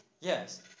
Yes